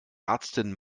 ärztin